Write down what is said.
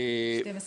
12